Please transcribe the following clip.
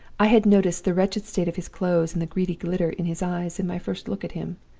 i had noticed the wretched state of his clothes, and the greedy glitter in his eyes, in my first look at him.